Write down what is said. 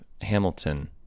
Hamilton